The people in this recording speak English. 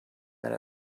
that